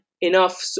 enough